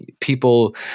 people